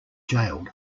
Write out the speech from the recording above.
jailed